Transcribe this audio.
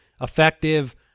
effective